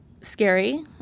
scary